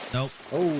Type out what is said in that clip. Nope